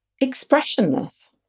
expressionless